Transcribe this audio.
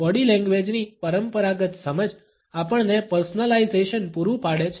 body લેંગ્વેજની પરંપરાગત સમજ આપણને પર્સનલાઇઝેશન પૂરુ પાડે છે